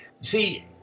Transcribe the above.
See